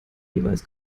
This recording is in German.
jeweils